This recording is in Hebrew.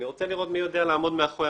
אני רוצה לראות מי יודע לעמוד מאחורי